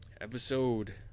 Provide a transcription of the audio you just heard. episode